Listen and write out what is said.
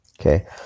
Okay